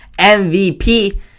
MVP